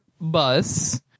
bus